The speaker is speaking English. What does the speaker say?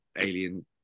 alien